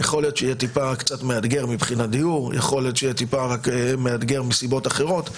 יכול להיות שזה יהיה מאתגר מבחינת דיור או מסיבות אחרות.